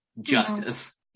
justice